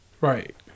Right